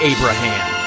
Abraham